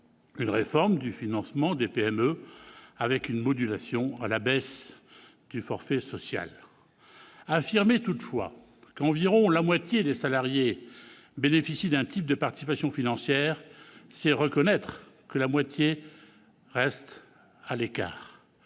une réforme du financement des PME, avec une modulation à la baisse du forfait social. Affirmer toutefois qu'environ la moitié des salariés bénéficient d'un type de participation financière, c'est reconnaître que la moitié reste à l'écart.